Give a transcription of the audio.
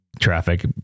traffic